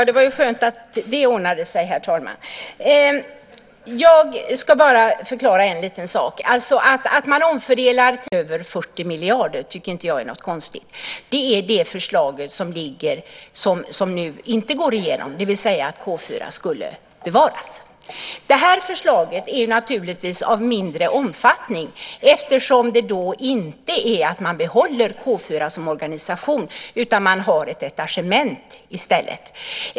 Herr talman! Jag ska förklara en sak. Att man omfördelar 10 miljoner kronor inom en försvarsmaktsbudget på över 40 miljarder är inte konstigt. Det är det förslag som ligger som inte går igenom, det vill säga att K 4 ska bevaras. Förslaget är naturligtvis av mindre omfattning, eftersom det inte är att behålla K 4 som organisation utan att man har ett detachement i stället.